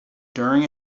during